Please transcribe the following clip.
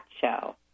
Show